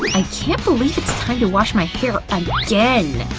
i can't believe it's time to wash my hair again.